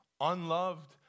unloved